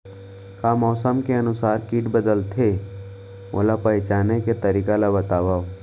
का मौसम के अनुसार किट बदलथे, ओला पहिचाने के तरीका ला बतावव?